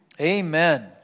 Amen